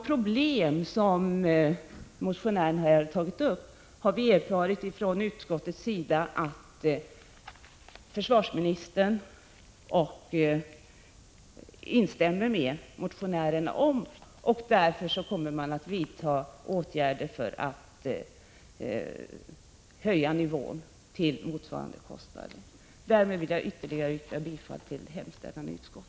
Från utskottets sida har vi erfarit att försvarsministern instämmer med motionären i fråga om de problem som han tagit upp, och därför kommer man att vidta åtgärder för att höja näringsbidraget till motsvarande nivå. Därmed vill jag åter yrka bifall till utskottets hemställan.